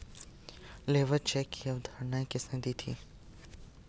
Labour check की अवधारणा किसने दी थी?